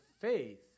faith